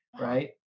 right